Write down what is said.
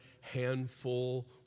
handful